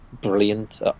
brilliant